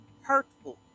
hurtful